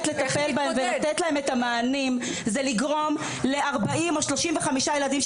לטפל בהם ולתת להם מענים זה לגרום ל- 40 או 35 ילדים,